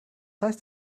heißt